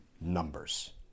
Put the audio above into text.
numbers